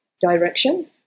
direction